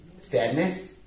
sadness